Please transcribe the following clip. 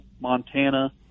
Montana